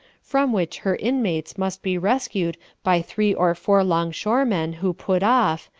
from which her inmates must be rescued by three or four longshore men who put off,